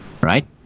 right